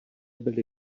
byly